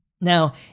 Now